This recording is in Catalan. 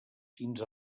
fins